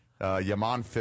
Yaman